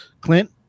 Clint